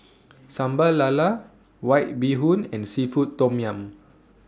Sambal Lala White Bee Hoon and Seafood Tom Yum